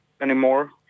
anymore